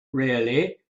really